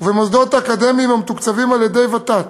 ובמוסדות אקדמיים המתוקצבים על-ידי ות"ת.